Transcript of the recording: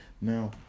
Now